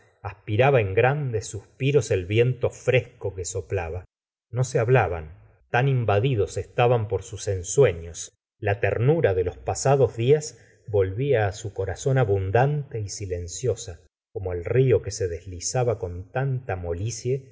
aspiraba en grandes suspiros el viento fresco que soplaba no se hablaban tan invadidos estaban por sus ensueflos la ternura de los pasados dias volvia á su corazón abundante y silenciosa como el rio que se deslizaba con tanta molicie